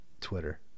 Twitter